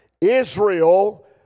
Israel